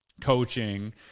coaching